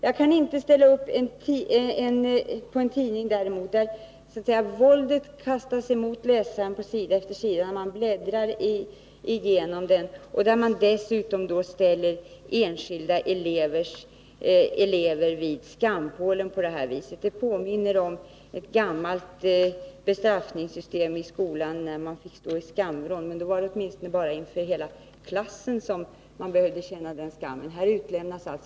Jag kan däremot inte ställa upp på en tidning där våldet kastas emot en sida efter sida då man bläddrar igenom den, och där dessutom enskilda elever ställs vid skampålen. Det påminner om ett gammalt bestraffningssystem i skolan, när man fick stå i skamvrån. Men då var det åtminstone bara inför hela klassen man behövde känna skam.